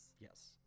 Yes